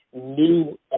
new